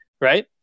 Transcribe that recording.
right